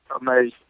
amazing